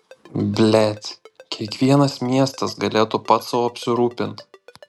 blet kiekvienas miestas galėtų pats sau apsirūpint